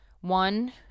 one